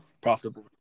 profitable